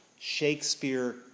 Shakespeare